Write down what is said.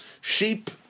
Sheep